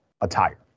attire